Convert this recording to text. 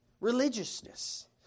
religiousness